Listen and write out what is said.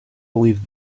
believed